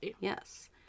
Yes